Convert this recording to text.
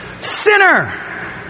Sinner